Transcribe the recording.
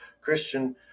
Christian